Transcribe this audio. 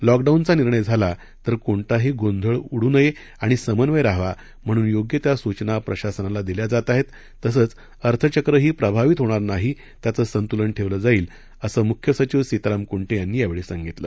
लॉकडाऊनचा निर्णय झाला तर कोणताही गोंधळ उडू नये आणि समन्वय राहावा म्हणून योग्य त्या सुचना प्रशासनाला दिल्या जात आहेत तसंच अर्थचक्रही प्रभावित होणार नाही त्याचं संतुलन ठेवलं जाईल असं मुख्य सचिव सीताराम कुंटे यांनी यावेळी सांगितलं